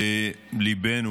ליבנו